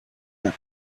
that